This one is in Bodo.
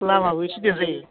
लामायाबो इसे गोजान जायो